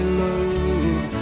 love